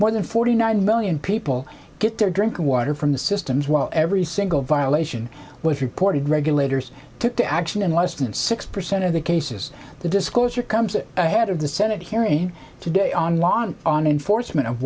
more than forty nine million people get their drinking water from the systems while every single violation was reported regulators took action in less than six percent of the cases the disclosure comes ahead of the senate hearing today on law on enforcement of